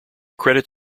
credit